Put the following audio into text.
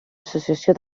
associació